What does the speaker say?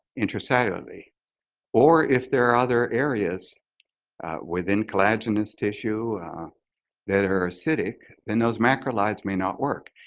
intracellularly or if there are other areas within collagenous tissue that are acidic, then those macrolides may not work.